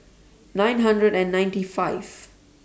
nine hundred and ninety five